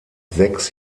sechs